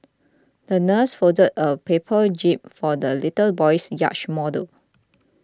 the nurse folded a paper jib for the little boy's yacht model